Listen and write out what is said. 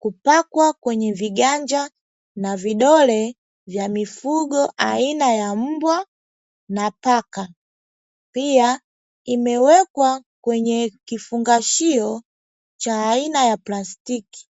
kupakwa kwenye viganja na vidole vya mifugo aina ya mbwa na paka. Pia, imewekwa kwenye kifungashio cha aina ya plastiki.